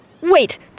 Wait